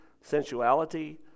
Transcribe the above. sensuality